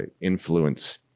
influence